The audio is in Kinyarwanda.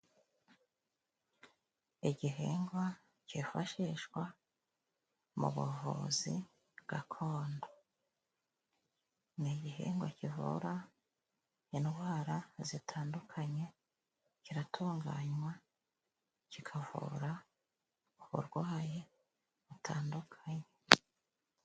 Igihingwa cyifashishwa mu buvuzi gakondo. Ni igihingwa kivura indwara zitandukanye, kiratunganywa kikavura uburwayi butandukanye.